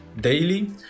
daily